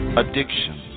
addiction